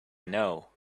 know